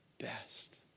best